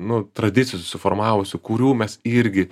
nu tradicijų susiformavusių kurių mes irgi